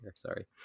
Sorry